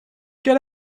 get